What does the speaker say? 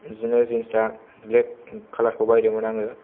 बिदिनो जिन्स आ black collar खौ बायदोंमोन आङो